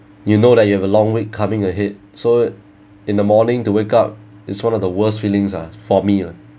you know that you have a long week coming ahead so in the morning to wake up is one of the worst feelings ah for me lah